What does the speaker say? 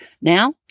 Now